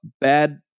bad